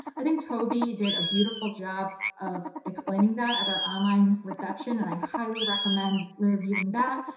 i think toby did a beautiful job of explaining that at our online reception. and i highly recommend reviewing that.